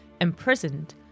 imprisoned